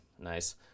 Nice